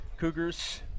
Cougars